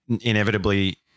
inevitably